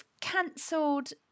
cancelled